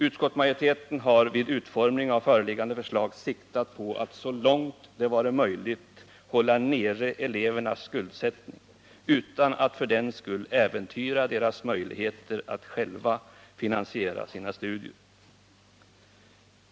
Utskottsmajoriteten har vid utformningen av föreliggande förslag siktat på att så långt det varit möjligt hålla nere elevernas skuldsättning utan att för den skull äventyra deras möjligheter att själva finansiera sina studier.